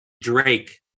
Drake